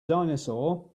dinosaur